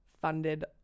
funded